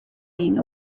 being